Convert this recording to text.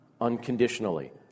unconditionally